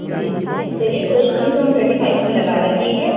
जी जी चलिए कोई नहीं तो हम ट्वेन्टी फाइब में लगा रहे हैं ठीक है